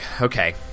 Okay